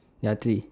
ya three